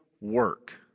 work